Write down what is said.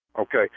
Okay